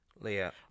Leah